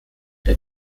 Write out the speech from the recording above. der